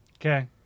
Okay